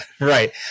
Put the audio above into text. right